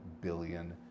billion